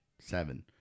Seven